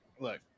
look